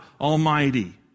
Almighty